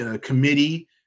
committee